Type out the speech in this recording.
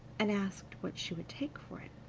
and asked what she would take for it.